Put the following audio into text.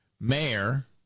mayor